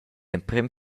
emprem